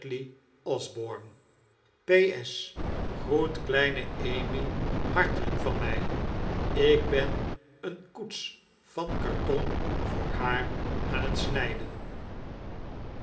s groet kleine emmy hartelijk van mij ik ben een koets van karton voor haar aan het snijden